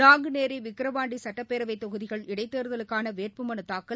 நாங்குநேரி விக்ரவாண்டி சட்டப்பேரவைத் தொகுதிகள் இடைத்தேர்தலுக்கான வேட்புமனு தாக்கல்